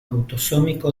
autosómico